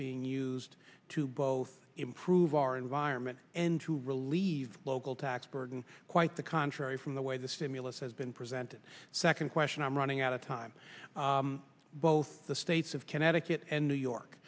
being used to both improve our environment and to relieve local tax burden quite the contrary from the way the stimulus has been presented second question i'm running out of time both the states of connecticut and new york